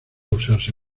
usarse